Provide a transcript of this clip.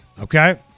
okay